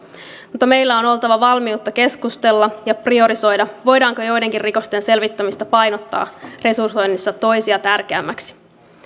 mutta meillä on oltava valmiutta keskustella ja priorisoida voidaanko joidenkin rikosten selvittämistä painottaa resursoinnissa toisia tärkeämmäksi